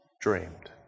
dreamed